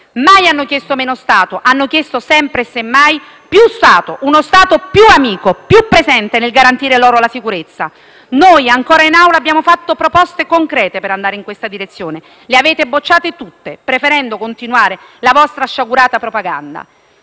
Mai hanno chiesto meno Stato, hanno sempre chiesto, semmai, più Stato: uno Stato più amico e più presente nel garantire loro la sicurezza. Noi, in Commissione prima e di nuovo in Assemblea, abbiamo fatto proposte concrete per andare in questa direzione: le avete bocciate tutte, preferendo continuare la vostra sciagurata propaganda.